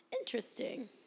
Interesting